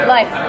Life